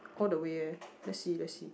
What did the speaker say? all the way eh let's see let's see